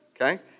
okay